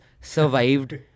survived